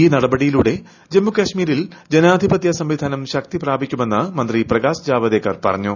ഈ നടപടിയിലൂടെ ജമ്മുകശ്മീരിൽ ജനാധിപത്യസംവിധാനം ശക്തി പ്രാപിക്കുമെന്ന് മന്ത്രി പ്രകാശ് ജാവദേക്കർ പറഞ്ഞു